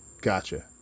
Gotcha